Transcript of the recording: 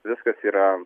viskas yra